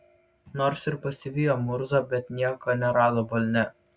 nors ir pasivijo murzą bet nieko nerado balne